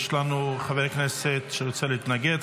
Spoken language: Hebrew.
יש לנו חבר כנסת שרוצה להתנגד.